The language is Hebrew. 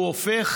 הוא הופך